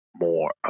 more